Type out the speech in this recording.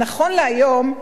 נכון להיום,